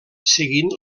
seguint